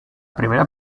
primera